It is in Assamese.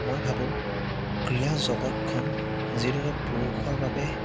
মই ভাবোঁ ক্ৰীড়া জগতখন যিদৰে পুৰুষৰ বাবে